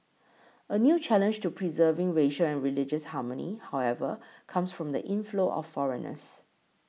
a new challenge to preserving racial and religious harmony however comes from the inflow of foreigners